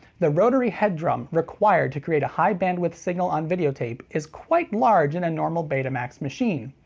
the rotary head drum, required to create a high bandwidth signal on video tape, is quite large in a normal betamax machine.